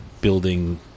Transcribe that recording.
building